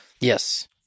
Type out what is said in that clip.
Yes